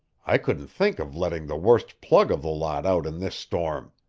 i couldn't think of letting the worst plug of the lot out in this storm.